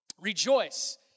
Rejoice